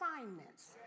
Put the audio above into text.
Assignments